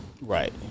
Right